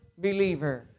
believer